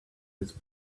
his